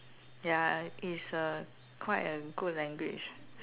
ya is a quite a good language